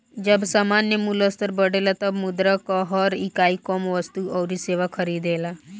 जब सामान्य मूल्य स्तर बढ़ेला तब मुद्रा कअ हर इकाई कम वस्तु अउरी सेवा खरीदेला